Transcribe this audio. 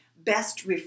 best